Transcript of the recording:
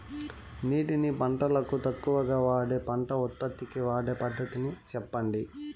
నీటిని పంటలకు తక్కువగా వాడే పంట ఉత్పత్తికి వాడే పద్ధతిని సెప్పండి?